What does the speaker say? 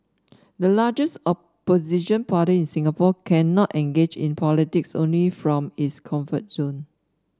the largest opposition party in Singapore cannot engage in politics only from its comfort zone